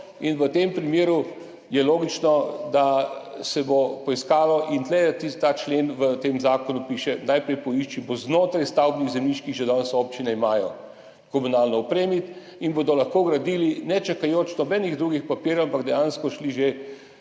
in v tem primeru je logično, da se bo poiskalo, tu je ta člen, v tem zakonu piše, najprej poiščite znotraj stavbnih zemljišč, ki jih danes občine že imajo, jih komunalno opremite in bodo lahko gradili ne čakajoč nobenih drugih papirjev, ampak dejansko šli že